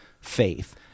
faith